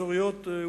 אזוריות,